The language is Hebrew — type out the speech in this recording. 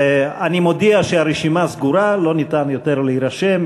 אני מודיע שהרשימה סגורה, אי-אפשר יותר להירשם.